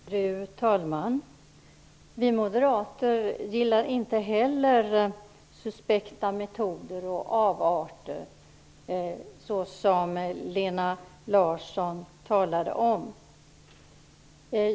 Fru talman! Vi moderater gillar inte heller suspekta metoder och avarter som dem som Lena Larsson talade om.